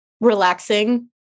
Relaxing